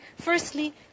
Firstly